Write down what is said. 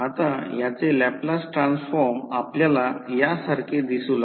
आता ह्याचे Laplace transform आपल्याला यासारखे दिसू लागले